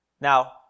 Now